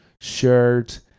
shirt